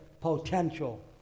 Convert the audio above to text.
potential